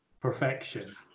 perfection